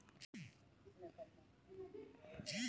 बसंत का समय था और ढलानें बादाम के फूलों से जगमगा रही थीं